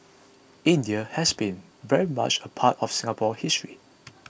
India has been very much a part of Singapore's history